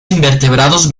invertebrados